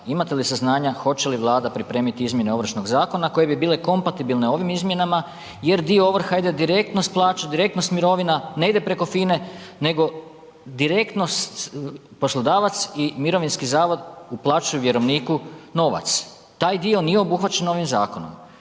Imate li saznanja hoće li Vlada pripremiti izmjene Ovršnog zakona koje bi bile kompatibilne ovim izmjenama jer dio ovrha ide direktno s plaće, direktno s mirovna, ne ide preko FINE nego direktno poslodavac i mirovinski zavod uplaćuju vjerovniku novac. Taj dio nije obuhvaćen ovim zakonom.